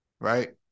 right